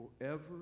forever